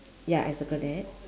ya I circle that